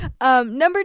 Number